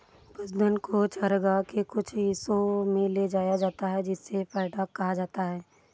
पशुधन को चरागाह के कुछ हिस्सों में ले जाया जाता है जिसे पैडॉक कहा जाता है